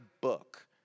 book